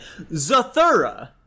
Zathura